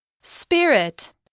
Spirit